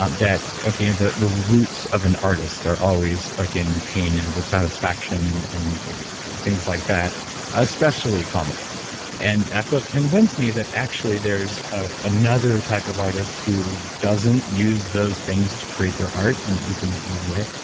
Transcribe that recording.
um that the the roots of an artist are always like in pain and dissatisfaction and things like that especially comedy and that book convinced me that actually there's ah another type of artist who doesn't use those things to create their art and that you can make it either way.